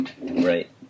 Right